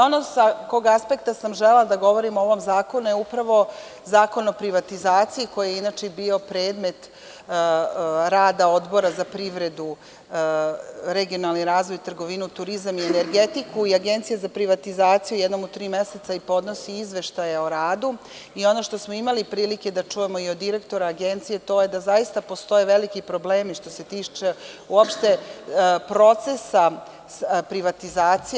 Ono sa kog aspekta sam želela da govorim o zakonu je upravo Zakon o privatizaciji, koji je bio predmet rada Odbora za privredu, regionalni razvoj, turizam i energetiku i Agencije za privatizaciju jednom u tri meseca i podnosi izveštaj o radu i ono što smo imali prilike da čujemo i od direktora Agencije, a to je da zaista postoje veliki problemi što se tiče uopšte procesa privatizacije.